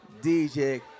DJ